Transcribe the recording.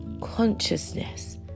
Consciousness